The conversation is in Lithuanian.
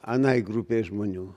anai grupei žmonių